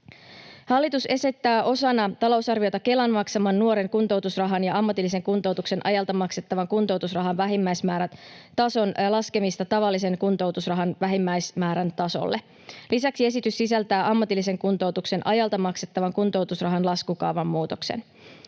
Hallitus esittää osana talousarviota Kelan maksaman nuoren kuntoutusrahan ja ammatillisen kuntoutuksen ajalta maksettavan kuntoutusrahan vähimmäismäärän tason laskemista tavallisen kuntoutusrahan vähimmäismäärän tasolle. Lisäksi esitys sisältää ammatillisen kuntoutuksen ajalta maksettavan kuntoutusrahan laskukaavan muutoksen.